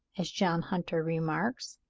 as john hunter remarks,